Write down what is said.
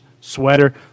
sweater